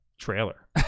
trailer